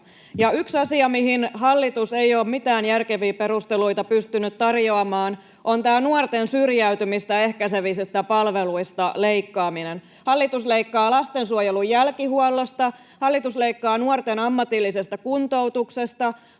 Yksi asia, mihin hallitus ei ole mitään järkeviä perusteluita pystynyt tarjoamaan, on tämä nuorten syrjäytymistä ehkäisevistä palveluista leikkaaminen. Hallitus leikkaa lastensuojelun jälkihuollosta, hallitus leikkaa nuorten ammatillisesta kuntoutuksesta,